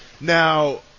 Now